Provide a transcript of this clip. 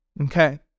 okay